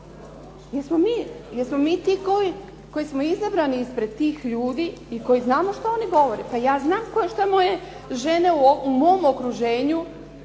Jer smo mi ti koji smo izabrani ispred tih ljudi i koji znamo šta oni govore. Pa ja znam šta moje žene u mom okruženju,